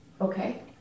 Okay